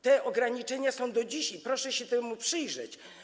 Te ograniczenia są do dzisiaj, proszę się temu przyjrzeć.